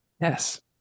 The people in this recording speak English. Yes